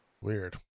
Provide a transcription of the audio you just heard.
Weird